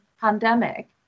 pandemic